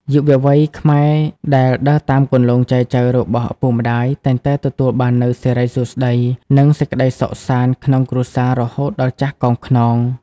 យុវវ័យខ្មែរដែលដើរតាមគន្លងចែចូវរបស់ឪពុកម្ដាយ តែងតែទទួលបាននូវ "សិរីសួស្តី" និងសេចក្ដីសុខសាន្តក្នុងគ្រួសាររហូតដល់ចាស់កោងខ្នង។